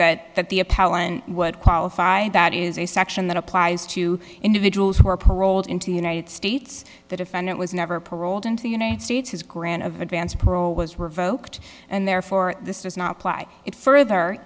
that that the appellant would qualify that is a section that applies to individuals who are paroled into the united states the defendant was never paroled into the united states his grant of advance parole was revoked and therefore this does not apply it further